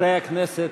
חברי הכנסת,